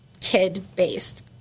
kid-based